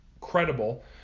credible